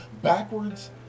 Backwards